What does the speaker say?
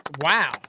Wow